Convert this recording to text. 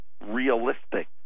realistic